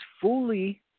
fully